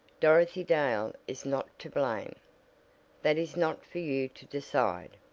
dorothy dale is not to blame that is not for you to decide.